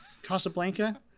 casablanca